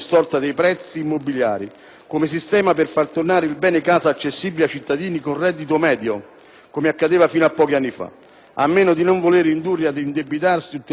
come accadeva fino a pochi anni fa, a meno di non volerli indurre ad indebitarsi ulteriormente e ad incappare negli inconvenienti che la crisi dei mutui ha portato all'attenzione di tutti e anche del Governo,